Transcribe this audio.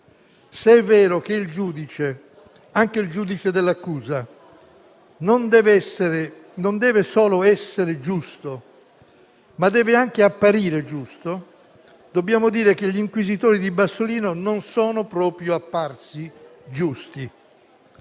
Se è vero che il giudice (anche quello dell'accusa) non solo deve essere giusto, ma deve anche apparire tale, dobbiamo dire che gli inquisitori di Bassolino non sono proprio apparsi giusti.